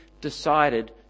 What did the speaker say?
decided